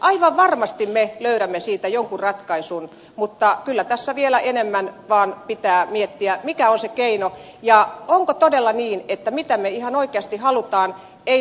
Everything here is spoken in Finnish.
aivan varmasti me löydämme siitä jonkun ratkaisun mutta kyllä tässä vaan vielä enemmän pitää miettiä mikä on se keino ja mitä me ihan oikeasti haluamme